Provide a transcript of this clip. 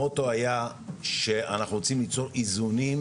המוטו היה שאנחנו רוצים ליצור איזונים,